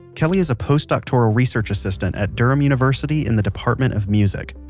kelly is a post-doctoral research assistant at durham university in the department of music.